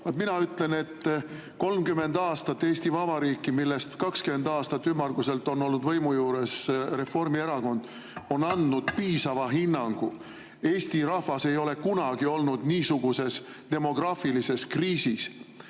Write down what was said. Mina ütlen, et 30 aastat Eesti Vabariiki, millest 20 aastat ümmarguselt on olnud võimu juures Reformierakond, on andnud piisava hinnangu. Eesti rahvas ei ole kunagi olnud niisuguses demograafilises kriisis